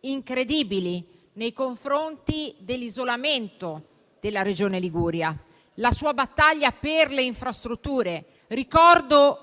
incredibili nei confronti dell'isolamento della Regione Liguria e la sua battaglia per le infrastrutture. Ricordo